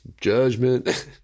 judgment